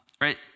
right